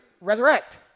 resurrect